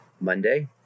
monday